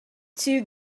too